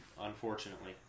unfortunately